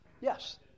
Yes